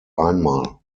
einmal